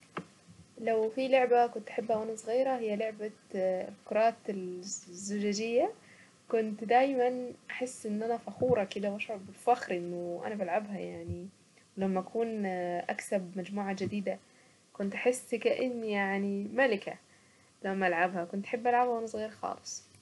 لو في لعبة كنت احبها وانا صغيرة هي لعبة كرات الزجاجية كنت دايما احس ان انا فخورة كده واشعر بالفخر انه انا بلعبها يعني لما اكون اكسب مجموعة جديدة كنت احس كأني يعني ملكة لما العبها كنت احب العبها وانا صغير خالص.